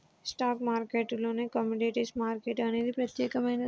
stock మార్కెట్టులోనే commodities market అనేది ప్రత్యేకమైనది